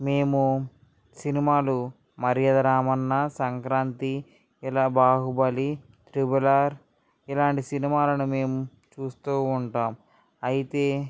మేము సినిమాలు మర్యాద రామన్న సంక్రాంతి ఇలా బాహుబలి ట్రిపుల్ ఆర్ ఇలాంటి సినిమాలను మేము చూస్తూ ఉంటాము అయితే